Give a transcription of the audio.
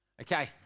Okay